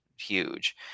huge